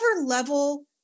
level